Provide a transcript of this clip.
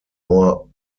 more